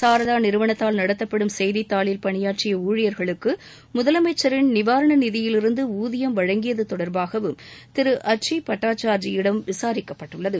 சாரதா நிறுவனத்தால் நடத்தப்படும் செய்தி தாளில் பணியாற்றிய ஊழியர்களுக்கு முதலமைச்சரின் நிவாரண நிதியிலிருந்து ஊதியம் வழங்கியது தொடர்பாகவும் திரு அட்ரி பட்டாச்சார்ஜியிடம் விசாரிக்கப்பட்டுள்ளது